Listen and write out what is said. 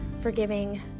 forgiving